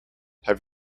have